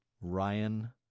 Ryan